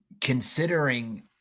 considering